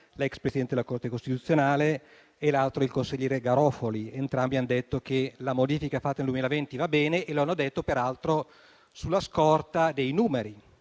l'ex Presidente della Corte costituzionale, e l'altro è il consigliere Garofoli. Entrambi hanno detto che la modifica fatta nel 2020 va bene e lo hanno detto peraltro sulla scorta dei numeri